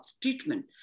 treatment